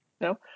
No